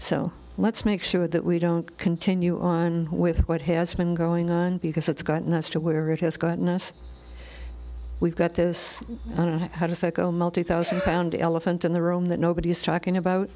so let's make sure that we don't continue on with what has been going on because it's gotten us to where it has gotten us we've got this i don't know how to psycho multi thousand pound elephant in the room that nobody is talking about